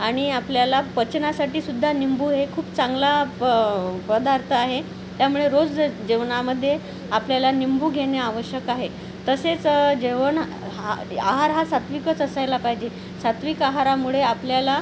आणि आपल्याला पचनासाठीसुद्धा निंबू हे खूप चांगला पदार्थ आहे त्यामुळे रोज जेवणामध्ये आपल्याला निंबू घेणे आवश्यक आहे तसेच जेवण हा आहार हा सात्विकच असायला पाहिजे सात्विक आहारामुळे आपल्याला